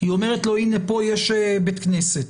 היא אומרת לו: הינה פה יש בית כנסת,